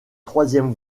troisième